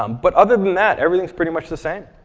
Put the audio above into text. um but other than that, everything's pretty much the same.